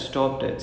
okay